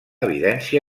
evidència